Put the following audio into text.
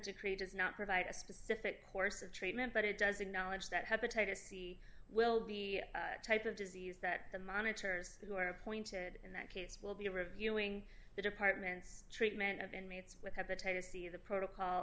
decree does not provide a specific course of treatment but it does acknowledge that hepatitis c will be type of disease that the monitors who are appointed in that case will be reviewing the department's treatment of inmates with hepatitis c the protocol